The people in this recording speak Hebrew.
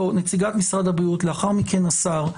נציגת משרד הבריאות, לאחר מכן השר.